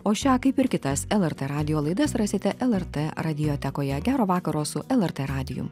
o šią kaip ir kitas lrt radijo laidas rasite lrt radiotekoje ją gero vakaro su lrt radiju